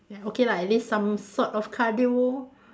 ya okay lah at least some sort of cardio